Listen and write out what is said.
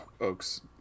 Oaks